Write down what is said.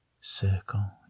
circle